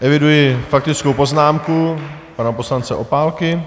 Eviduji faktickou poznámku pana poslance Opálky.